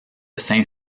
saint